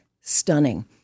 stunning—